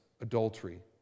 adultery